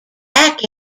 back